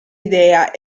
idea